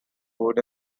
food